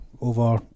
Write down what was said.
over